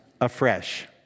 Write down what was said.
afresh